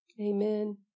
Amen